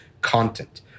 content